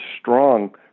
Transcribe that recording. strong